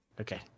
Okay